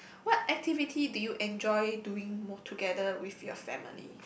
what activity do you enjoy doing more together with your family